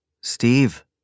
Steve